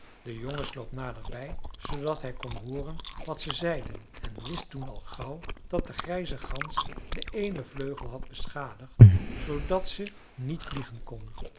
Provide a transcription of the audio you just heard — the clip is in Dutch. de jongen sloop naderbij zoodat hij kon hooren wat ze zeiden en wist toen al gauw dat de grijze gans den eenen vleugel had beschadigd zoodat ze niet vliegen kon